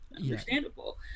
understandable